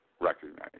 recognized